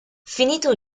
finito